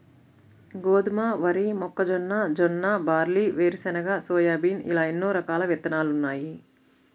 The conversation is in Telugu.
గోధుమ, వరి, మొక్కజొన్న, జొన్న, బార్లీ, వేరుశెనగ, సోయాబీన్ ఇలా ఎన్నో రకాల విత్తనాలున్నాయి